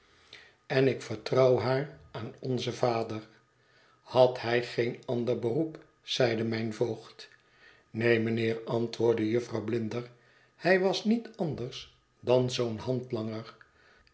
en ik vertrouw haar aan onzen vader had hij geen ander beroep zeide mijn voogd neen mijnheer antwoordde jufvrouw blinder hij was niet anders dan zoo'n